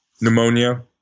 pneumonia